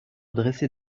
dresser